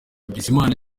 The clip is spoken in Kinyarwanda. bizimana